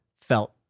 felt